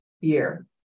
year